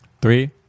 Three